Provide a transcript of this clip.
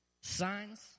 signs